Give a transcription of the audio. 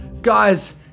Guys